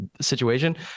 situation